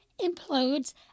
implodes